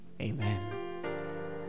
Amen